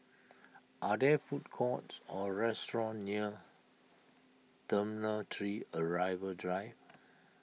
are there food courts or restaurants near Terminal three Arrival Drive